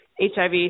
HIV